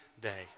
day